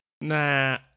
Nah